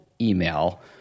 email